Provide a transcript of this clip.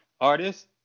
artist